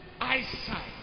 eyesight